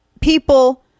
people